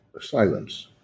silence